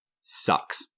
sucks